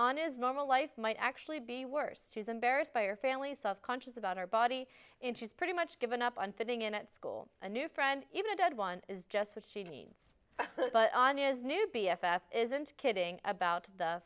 on is normal life might actually be worse she's embarrassed by her family self conscious about her body interest pretty much given up on fitting in at school a new friend even a dead one is just what she needs but anya is new b f s isn't kidding about the